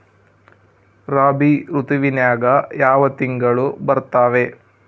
ರಾಬಿ ಋತುವಿನ್ಯಾಗ ಯಾವ ತಿಂಗಳು ಬರ್ತಾವೆ?